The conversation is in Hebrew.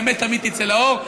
האמת תמיד תצא לאור.